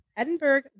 Edinburgh